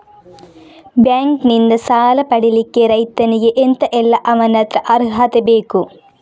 Bank ನಿಂದ ಸಾಲ ಪಡಿಲಿಕ್ಕೆ ರೈತನಿಗೆ ಎಂತ ಎಲ್ಲಾ ಅವನತ್ರ ಅರ್ಹತೆ ಬೇಕು?